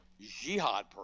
jihad